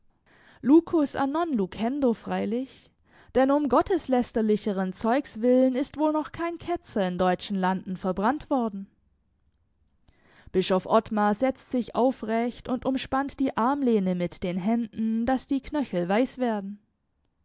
non lucendo freilich denn um gotteslästerlicheren zeugs willen ist wohl noch kein ketzer in deutschen landen verbrannt worden bischof ottmar seht sich aufrecht und umspannt die armlehne mit den händen daß die knöchel weiß werden